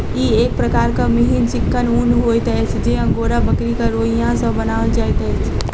ई एक प्रकारक मिहीन चिक्कन ऊन होइत अछि जे अंगोरा बकरीक रोंइया सॅ बनाओल जाइत अछि